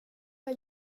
jag